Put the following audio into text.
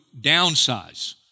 downsize